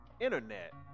internet